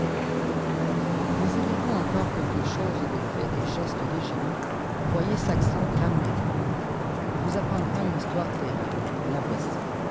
désirez-vous encore quelque chose des faits et gestes des génies t voyez saxon grammairien il vous apprendra une histoire terrible la voici